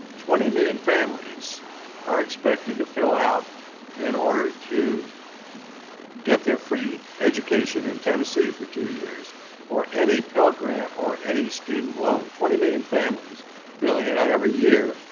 twenty million families are expected to fill out in order to get their free education in tennessee for two years or any pell grant or any student loan. twenty million families filling it out every year.